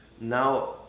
now